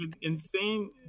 Insane